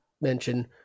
mention